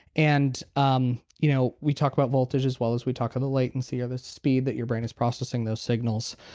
and um you know we talked about voltages as well as we talk to the latency or the speed that your brain is processing those signals.